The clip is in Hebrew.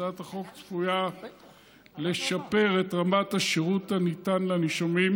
הצעת החוק צפויה לשפר את רמת השירות הניתן לנישומים,